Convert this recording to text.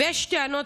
לסיים.